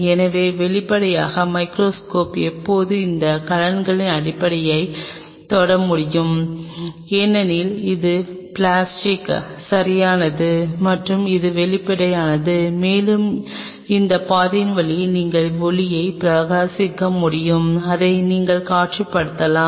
எனவே வெளிப்படையாக மைகிரோஸ்கோப் எப்போதும் இந்த கலன்களின் அடிப்பகுதியைத் தொட முடியும் ஏனெனில் அது பிளாஸ்டிக் சரியானது மற்றும் அது வெளிப்படையானது மேலும் இந்த பாதையின் வழியாக நீங்கள் ஒளியைப் பிரகாசிக்க முடியும் அதை நீங்கள் காட்சிப்படுத்தலாம்